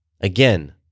Again